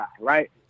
right